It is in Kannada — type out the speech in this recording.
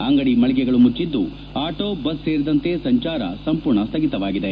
ಅಂಗಡಿ ಮಳಿಗೆಗಳು ಮುಚ್ಚಿದ್ದು ಆಟೋ ಬಸ್ ಸೇರಿದಂತೆ ಸಂಚಾರ ಸಂಪೂರ್ಣ ಸ್ದಗಿತವಾಗಿದೆ